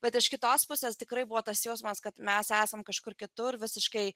bet iš kitos pusės tikrai buvo tas jausmas kad mes esam kažkur kitur visiškai